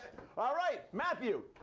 all right, matthew.